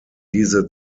diese